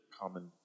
common